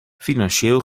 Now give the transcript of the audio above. financieel